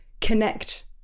connect